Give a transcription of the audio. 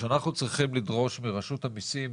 אנחנו צריכים לדרוש מרשות המסים שקיפות,